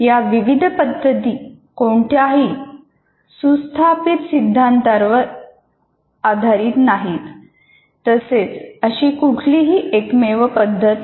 या विविध पद्धती कोणत्याही सुस्थापित सिद्धांतांवर आधारित नाहीत तसेच अशी कुठलीही एकमेव पद्धत नाही